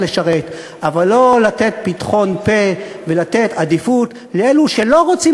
אבל החבר'ה האלה, חלק גדול מהם, בגלל